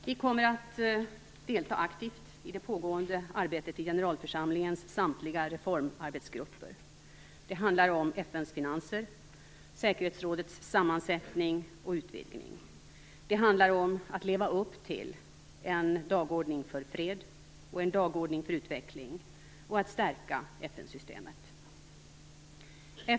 Vi kommer att aktivt delta i det pågående arbetet i generalförsamlingens samtliga reformarbetsgrupper. Det handlar om FN:s finanser, säkerhetsrådets sammansättning och utvidgning. Det handlar om att leva upp till En dagordning för fred och om En dagordning för utveckling och om stärkande av FN-systemet.